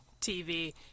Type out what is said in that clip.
TV